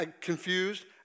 confused